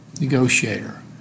Negotiator